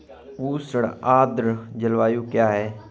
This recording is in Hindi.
उष्ण आर्द्र जलवायु क्या है?